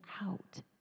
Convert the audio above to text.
out